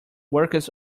workers